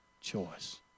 choice